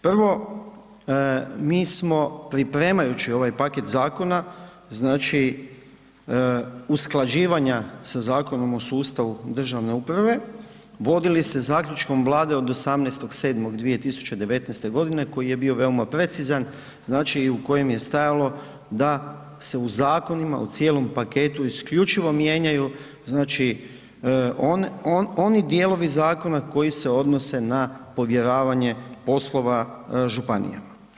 Prvo, mi smo pripremajući ovaj paket zakona, znači usklađivanja sa Zakonom o sustavu državne uprave, vodili se zaključkom Vlade od 18. 7. 2019. g. koji je bio veoma precizan, znači i u kojem je stajalo da se u zakonima, u cijelom paketu isključivo mijenjaju znači oni dijelovi zakona koji se odnose na povjeravanje poslova županija.